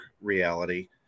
reality